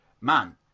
man